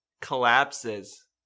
collapses